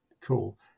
cool